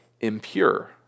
impure